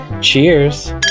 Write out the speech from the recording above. cheers